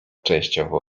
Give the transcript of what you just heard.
częściowo